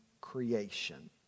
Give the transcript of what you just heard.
creation